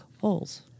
holes